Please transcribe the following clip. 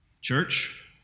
church